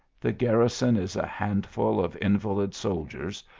the gar rison is a handful of invalid soldiers,